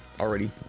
already